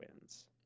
wins